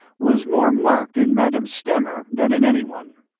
was more marked in madame stamer than in any one.